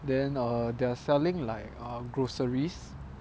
then err they are selling like err groceries